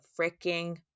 freaking